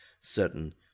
certain